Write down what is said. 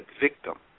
victim